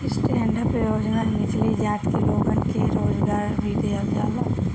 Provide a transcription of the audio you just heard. stand up योजना निचली जाति के लोगन के रोजगार भी देहल जाला